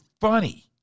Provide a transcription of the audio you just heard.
funny